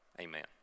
Amen